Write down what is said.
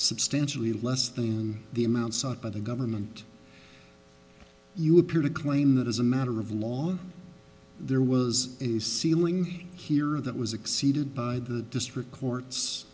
substantially less than the amount sought by the government you appear to claim that as a matter of law there was a ceiling here that was exceeded by the district court